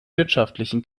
wirtschaftlichen